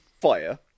fire